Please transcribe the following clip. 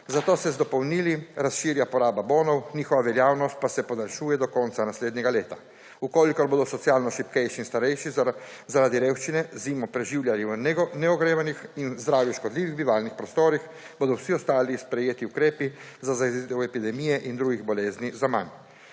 Zato se z dopolnili razširja poraba bonov, njihova veljavnost pa se podaljšuje do konca naslednjega leta. Če bodo socialno šibkejši in starejši zaradi revščine zimo preživljali v neogrevanih in zdravju škodljivih bivalnih prostorih, bodo vsi ostali sprejeti ukrepi za zajezitev epidemije in drugih bolezni zaman.